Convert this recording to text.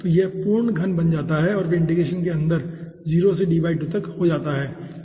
तो यह पूर्ण घन बन जाता है और फिर इंटीग्रेशन के अंदर 0 से D2 हो जाता है